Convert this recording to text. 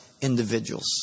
individuals